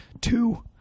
Two